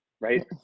right